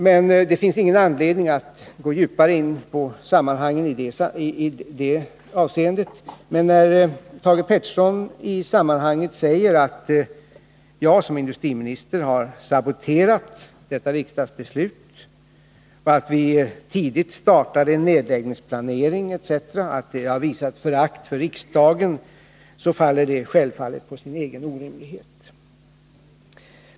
Men det finns ingen anledning att gå djupare in på behandlingen av det ärendet. När Thage Peterson i sammanhanget säger "att jag som industriminister saboterat detta riksdagsbeslut, att vi tidigt startade en nedläggningsplanering och att detta visar förakt för riksdagen, faller detta givetvis på sin egen orimlighet.